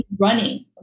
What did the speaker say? running